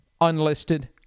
unlisted